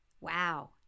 Wow